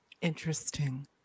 Interesting